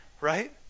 right